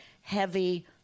heavy